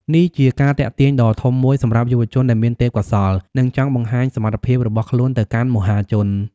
នេះជាការទាក់ទាញដ៏ធំមួយសម្រាប់យុវជនដែលមានទេពកោសល្យ និងចង់បង្ហាញសមត្ថភាពរបស់ខ្លួនទៅកាន់មហាជន។